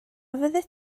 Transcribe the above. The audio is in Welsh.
fyddet